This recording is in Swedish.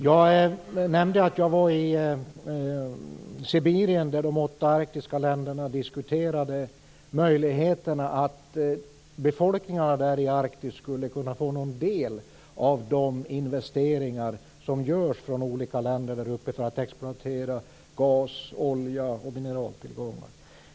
Jag nämnde att jag var i Sibirien, där de åtta arktiska länderna diskuterade möjligheterna att befolkningarna i Arktis skulle få någon del av de investeringar som görs av olika länder där uppe för att exploatera gas, olja och mineraltillgångar.